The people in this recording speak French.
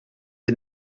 est